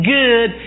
good